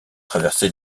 traversé